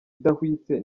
idahwitse